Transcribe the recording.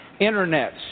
internets